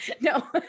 No